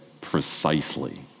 precisely